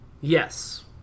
Yes